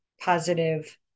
positive